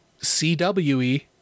CWE